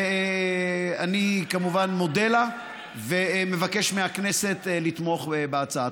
ואני כמובן מודה לה ומבקש מהכנסת לתמוך בהצעה.